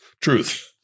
truth